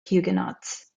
huguenots